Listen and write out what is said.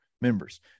members